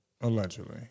Allegedly